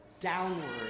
downward